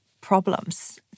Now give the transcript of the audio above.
problems